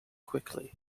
quickly